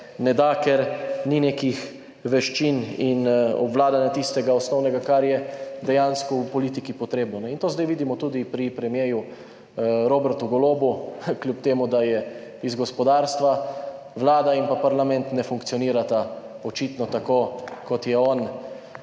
ne da, ker ni nekih veščin in obvladanja tistega osnovnega, kar je dejansko v politiki potrebno. In to zdaj vidimo tudi pri premierju Robertu Golobu, kljub temu da je iz gospodarstva, vlada in parlament ne funkcionirata očitno tako, kot je on